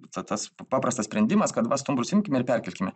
tas paprastas sprendimas kad va stumbrus imkime ir perkelkime